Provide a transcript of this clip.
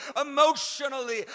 emotionally